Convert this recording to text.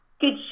good